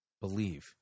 believe